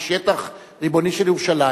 והוא שטח ריבוני של ירושלים,